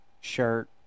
Shirt